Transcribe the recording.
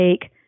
take